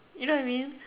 you know what I mean